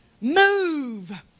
move